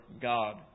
God